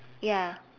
ya